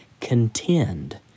Contend